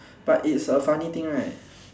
but its a funny thing right